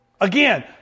Again